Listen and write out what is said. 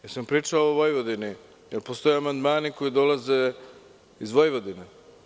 Jel sam pričao o Vojvodini, jel postoje amandmani koji dolaze iz Vojvodine?